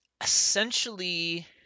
Essentially